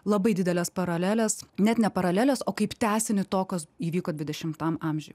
labai dideles paraleles net ne paraleles o kaip tęsinį to kas įvyko dvidešimtam amžiuj